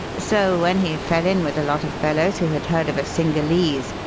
so when he fell in with a lot of fellows who had heard of a cingalese,